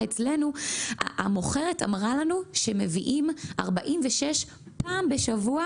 אצלנו המוכרת אמרה לנו שמביאים 46 פעם בשבוע,